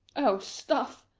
oh, stuff!